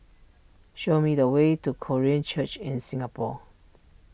show me the way to Korean Church in Singapore